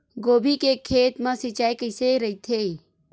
गोभी के खेत मा सिंचाई कइसे रहिथे?